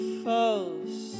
false